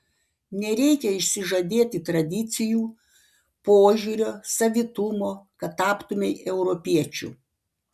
nereikia išsižadėti tradicijų požiūrio savitumo kad taptumei europiečiu